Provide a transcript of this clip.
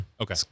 Okay